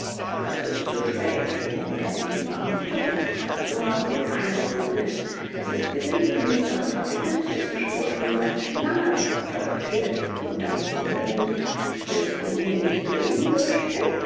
das ist zu spät erwiderten die beamteten dazu haben wir keine befugniß es ist gesindel in die sache verwickelt dessen spur schon seit lange verfolgt wird und dann zu mir gewendet willst du hier nicht reden bürschchen